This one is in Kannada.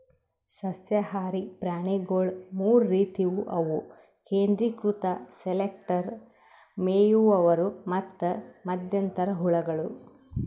ಸಸ್ಯಹಾರಿ ಪ್ರಾಣಿಗೊಳ್ ಮೂರ್ ರೀತಿವು ಅವು ಕೇಂದ್ರೀಕೃತ ಸೆಲೆಕ್ಟರ್, ಮೇಯುವವರು ಮತ್ತ್ ಮಧ್ಯಂತರ ಹುಳಗಳು